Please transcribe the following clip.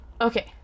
Okay